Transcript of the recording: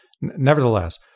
Nevertheless